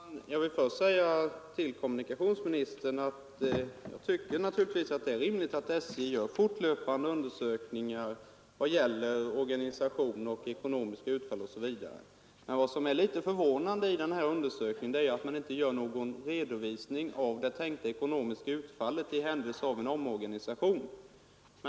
Herr talman! Jag vill först säga till kommunikationsministern att jag naturligtvis tycker att det är rimligt att SJ gör fortlöpande undersökningar vad gäller organisation, ekonomiska utfall osv. Men vad som är litet förvånande i den här undersökningen är ju att man inte gör någon redovisning av det tänkta ekonomiska utfallet i händelse av en omorganisation.